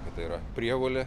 kad tai yra prievolė